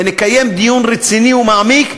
ונקיים דיון רציני ומעמיק,